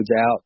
out